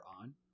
on